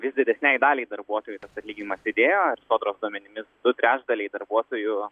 vis didesnei daliai darbuotojų atlyginimas didėjo ir sodros duomenimis du trečdaliai darbuotojų